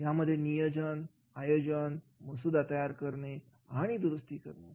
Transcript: यामध्ये नियोजनआयोजन मसुदा तयार करणे आणि दुरुस्ती करणे